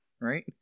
right